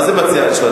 מה זה מציע ראשון?